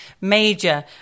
major